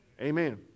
Amen